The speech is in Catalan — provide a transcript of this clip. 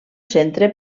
centre